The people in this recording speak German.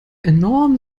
enorm